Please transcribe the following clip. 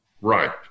Right